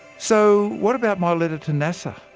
so, what about my letter to nasa?